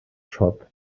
shop